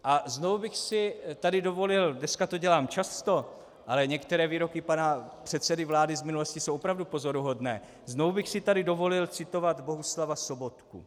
A znovu bych si tady dovolil, dneska to dělám často, ale některé výroky pana předsedy vlády z minulosti jsou opravdu pozoruhodné, znovu bych si tady dovolil citovat Bohuslava Sobotku.